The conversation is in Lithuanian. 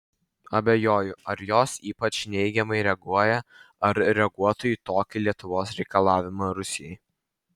abejoju ar jos ypač neigiamai reaguoja ar reaguotų į tokį lietuvos reikalavimą rusijai